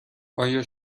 آیا